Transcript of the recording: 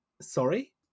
sorry